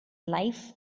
life